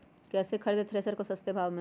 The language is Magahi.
कैसे खरीदे थ्रेसर को सस्ते भाव में?